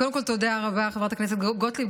קודם כול תודה רבה, חברת הכנסת גוטליב.